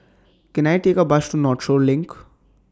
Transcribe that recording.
Can I Take A Bus to Northshore LINK